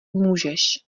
můžeš